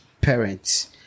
parents